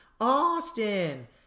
Austin